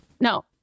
No